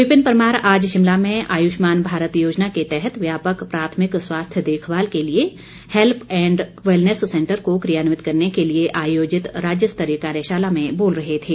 विपिन परमार आज शिमला में आयुष्मान भारत योजना के तहत व्यापक प्राथमिक स्वास्थ्य देखभाल के लिए हैल्प एण्ड वैलनेस सेंटर को क्रियान्वित करने के लिए आयोजित राज्यस्तरीय कार्यशाला में बोल रहे थे